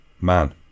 man